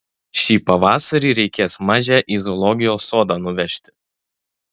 šį pavasarį reikės mažę į zoologijos sodą nuvežti